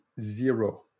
Zero